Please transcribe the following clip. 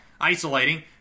isolating